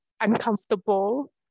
uncomfortable